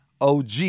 OG